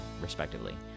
respectively